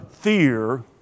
fear